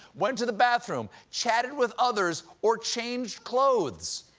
went to the bathroom, chatted with others, or changed clothes.